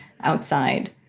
outside